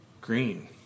green